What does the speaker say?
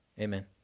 Amen